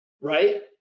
right